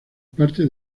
parte